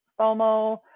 FOMO